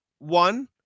One